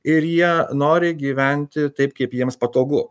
ir jie nori gyventi taip kaip jiems patogu